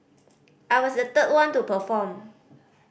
I was the third one to perform